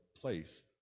place